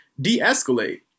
de-escalate